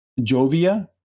Jovia